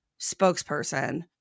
spokesperson